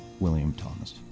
william thomas.